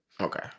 Okay